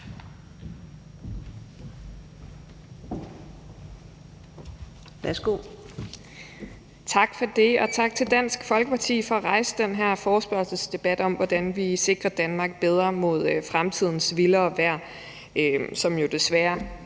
Tak for det, og tak til Dansk Folkeparti for at rejse den her forespørgselsdebat om, hvordan vi sikrer Danmark bedre mod fremtidens vildere vejr, som jo desværre